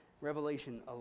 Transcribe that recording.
Revelation